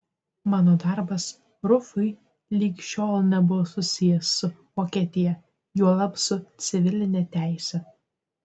mano darbas rufui lig šiol nebuvo susijęs su vokietija juolab su civiline teise